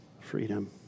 freedom